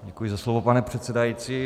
Děkuji za slovo, pane předsedající.